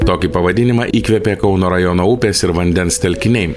tokį pavadinimą įkvėpė kauno rajono upės ir vandens telkiniai